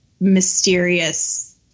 mysterious